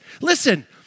Listen